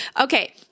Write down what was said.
Okay